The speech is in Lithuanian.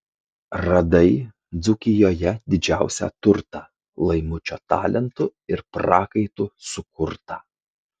radai dzūkijoje didžiausią turtą laimučio talentu ir prakaitu sukurtą